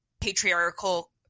patriarchal